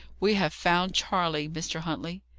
we have found charley, mr. huntley.